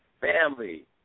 family